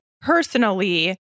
personally